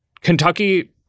Kentucky